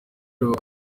rivuga